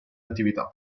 attività